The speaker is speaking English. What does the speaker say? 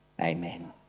Amen